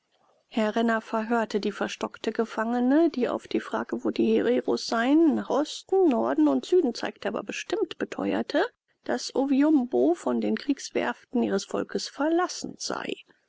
herr renner verhörte die verstockte gefangene die auf die frage wo die hereros seien nach osten norden und süden zeigte aber bestimmt beteuerte daß oviumbo von den kriegswerften ihres volkes verlassen sei